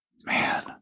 Man